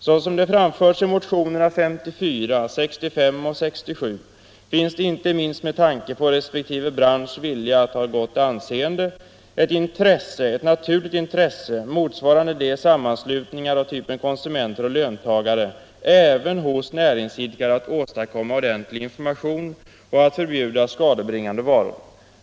Såsom det anförts i motionerna 54, 65 och 67 finns det — inte minst med tanke på resp. branschs vilja att ha gott anseende — ett naturligt intresse, motsvarande det i sammanslutningar av konsumenter och löntagare, även hos näringsidkare att åstadkomma ordentlig information och att förbjuda skadebringande varor.